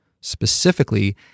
Specifically